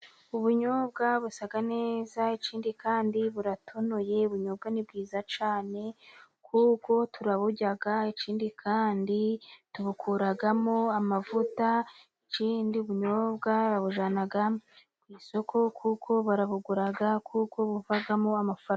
Ubunyobwa busa neza ikindi kandi buratonoye, ubunyobwa ni bwiza cyane kuko turaburya ikindi kandi tubukuramo amavuta, ikindi ubunyobwa babujyana ku isoko kuko barabugura kuko buvamo amafaranga.